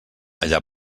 allà